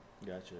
Gotcha